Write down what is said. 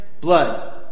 blood